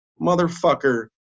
motherfucker